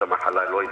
שהמחלה לא התפשטה.